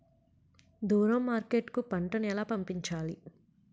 దూరం మార్కెట్ కు పంట ను ఎలా పంపించాలి?